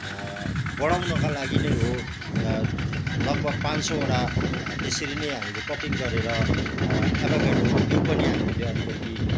बढाउनका लागि नै हो लगभग पाँच सौवटा त्यसरी नै हामीले कटिङ गरेर एभाकाडो त्यो पनि हामीले अलिकति